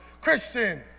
Christian